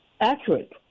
accurate